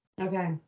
Okay